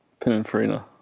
Pininfarina